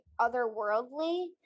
otherworldly